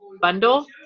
bundle